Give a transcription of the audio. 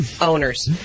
owners